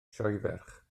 sioeferch